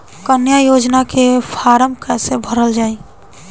कन्या योजना के फारम् कैसे भरल जाई?